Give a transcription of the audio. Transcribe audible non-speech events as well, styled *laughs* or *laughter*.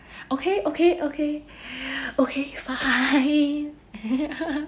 okay okay okay *breath* okay fine *laughs*